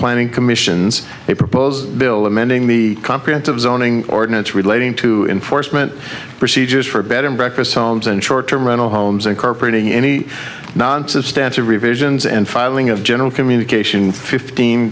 planning commissions a proposed bill amending the comprehensive zoning ordinance relating to enforcement procedures for a bed and breakfast homes and short term rental homes incorporating any non substantial revisions and filing of general communication fifteen